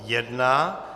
1.